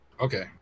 Okay